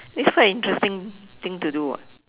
this quite interesting thing to do [what]